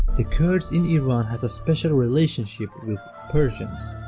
the kurds in iran has a special relationship with persians.